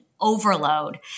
overload